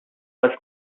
was